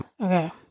Okay